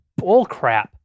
bullcrap